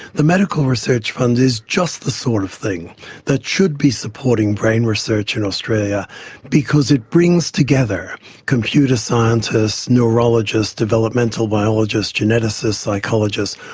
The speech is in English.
the medical research fund is just the sort of thing that should be supporting brain research in australia because it brings together computer scientists, neurologists, developmental biologists, geneticists, psychologists,